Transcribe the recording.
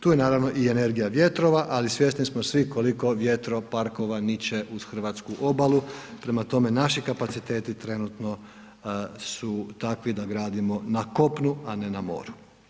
Tu je naravno i energija vjetrova, ali svjesni smo svi koliko vjetroparkova niče uz hrvatsku obalu, prema tome naši kapaciteti trenutno su takvi da gradimo na kopnu, a ne na moru.